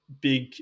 big